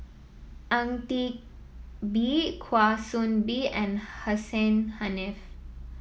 Ang Teck Bee Kwa Soon Bee and Hussein Haniff